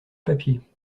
papier